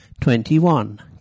Twenty-one